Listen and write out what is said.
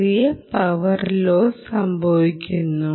ചെറിയ power loss സംഭവിക്കുന്നു